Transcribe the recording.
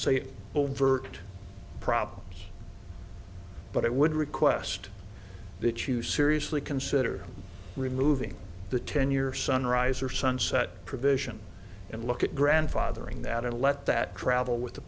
say overt problems but i would request that you seriously consider removing the ten year sunrise or sunset provision and look at grandfathering that and let that travel with the